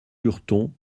lurton